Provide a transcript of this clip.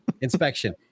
Inspection